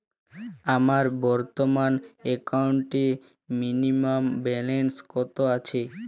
আমার বর্তমান একাউন্টে মিনিমাম ব্যালেন্স কত আছে?